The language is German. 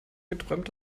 geträumt